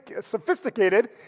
sophisticated